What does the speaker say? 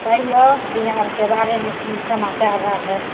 कहिऔ बिहारके बारेमे कि समाचार आओर हइ